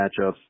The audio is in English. matchups